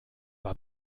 war